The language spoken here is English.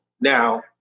Now